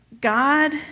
God